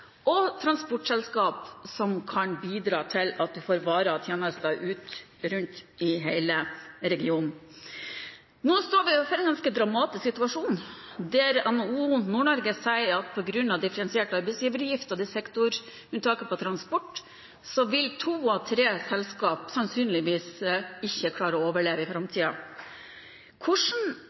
og transportselskap, som kan bidra til at vi får varer og tjenester rundt i hele regionen. Nå står vi overfor en ganske dramatisk situasjon der NHO Nord-Norge sier at på grunn av den differensierte arbeidsgiveravgiften til sektorunntaket på transport, vil to av tre selskap sannsynligvis ikke klare å overleve i